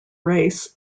race